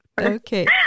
Okay